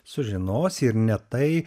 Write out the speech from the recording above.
sužinosi ir ne tai